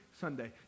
Sunday